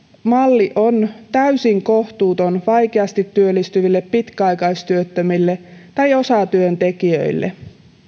malli on täysin kohtuuton vaikeasti työllistyville pitkäaikaistyöttömille tai osatyöntekijöille